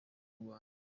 rwanda